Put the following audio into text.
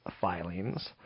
filings